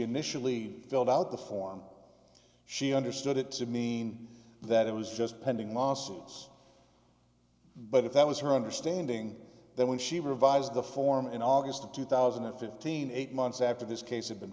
initially filled out the form she understood it to mean that it was just pending lawsuits but if that was her understanding then when she revised the form in august of two thousand and fifteen eight months after this case had been